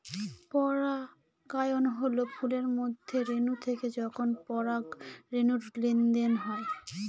পরাগায়ন হল ফুলের মধ্যে রেনু থেকে যখন পরাগরেনুর লেনদেন হয়